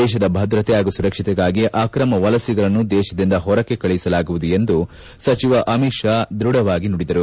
ದೇಶದ ಭದ್ರತೆ ಹಾಗೂ ಸುರಕ್ಷತೆಗಾಗಿ ಅಕ್ರಮ ವಲಸಿಗರನ್ನು ದೇಶದಿಂದ ಹೊರಕ್ಷೆ ಕಳುಹಿಸಲಾಗುವುದು ಎಂದು ಸಚಿವ ಅಮಿತ್ ಶಾ ದೃಢವಾಗಿ ನುಡಿದರು